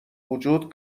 وجود